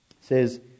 says